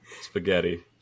spaghetti